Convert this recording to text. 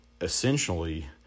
essentially